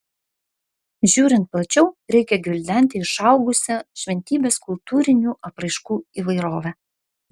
žiūrint plačiau reikia gvildenti išaugusią šventybės kultūrinių apraiškų įvairovę